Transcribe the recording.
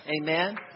Amen